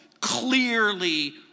clearly